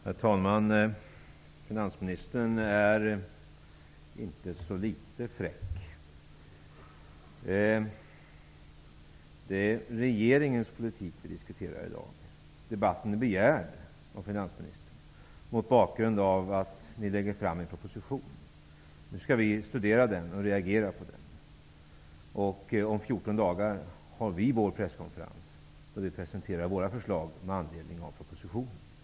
Herr talman! Finansministern är inte så litet fräck. Det är regeringens politik vi diskuterar i dag. Debatten är begärd av finansministern mot bakgrund av att regeringen lägger fram en proposition. Nu skall vi studera den och reagera på den. Om 14 dagar har vi vår presskonferens då vi presenterar våra förslag med anledning av propositionen.